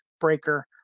Breaker